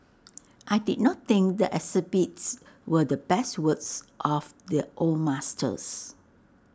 I did not think the exhibits were the best works of the old masters